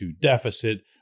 deficit